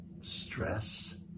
stress